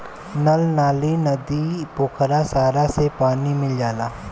नल नाली, नदी, पोखरा सारा से पानी मिल जाला